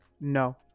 No